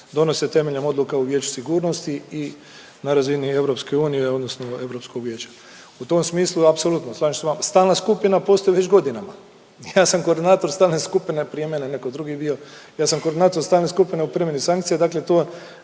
donose temeljem Odluka u Vijeću sigurnosti i na razini EU, odnosno Europskog vijeća. U tom smislu apsolutno slažem se sa vama. Stalna skupina postoji već godinama. I ja sam koordinator stalne skupine, prije mene je netko drugi bio. Ja sam koordinator stalne skupine u primjeni sankcija. Dakle, to